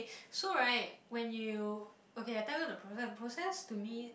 so right when you okay I tell you the process the process to me